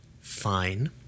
fine